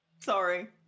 Sorry